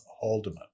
Haldeman